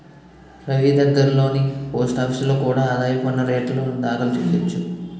రవీ దగ్గర్లోని పోస్టాఫీసులో కూడా ఆదాయ పన్ను రేటర్న్లు దాఖలు చెయ్యొచ్చు